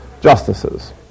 justices